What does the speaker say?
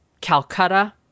Calcutta